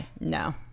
No